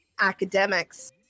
academics